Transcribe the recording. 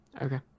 Okay